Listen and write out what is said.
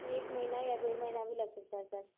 एक महीना या डेढ़ महीना भी लग सकता है सर